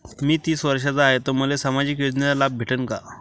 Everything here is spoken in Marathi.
मी तीस वर्षाचा हाय तर मले सामाजिक योजनेचा लाभ भेटन का?